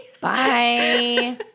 Bye